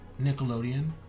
Nickelodeon